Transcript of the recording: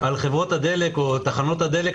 על חברות הדלק או תחנות הדלק,